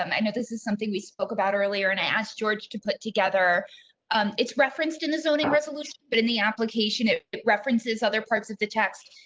um i know this is something we spoke about earlier and i asked george to put together it's referenced in the zoning resolution, but in the application, it it references other parts of the text.